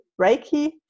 Reiki